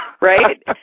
right